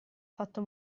fatto